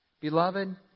Beloved